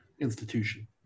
institution